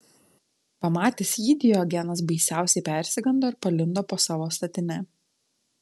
pamatęs jį diogenas baisiausiai persigando ir palindo po savo statine